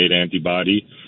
antibody